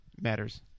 matters